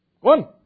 one